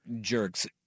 jerks